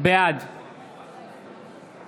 בעד